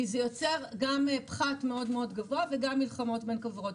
כי זה גם יוצר פחת מאוד מאוד גבוה וגם מלחמות בין כוורות.